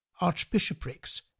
archbishoprics